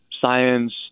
science